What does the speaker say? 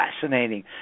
fascinating